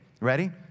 ready